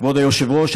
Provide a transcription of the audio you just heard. כבוד היושבת-ראש,